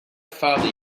father